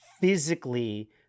physically